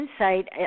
insight